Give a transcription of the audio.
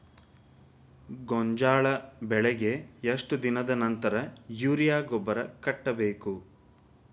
ಗೋಂಜಾಳ ಬೆಳೆಗೆ ಎಷ್ಟ್ ದಿನದ ನಂತರ ಯೂರಿಯಾ ಗೊಬ್ಬರ ಕಟ್ಟಬೇಕ?